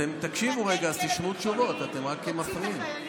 תקשיבו רגע, תשמעו תשובות, אתם רק מפריעים.